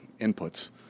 inputs